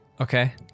Okay